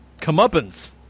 comeuppance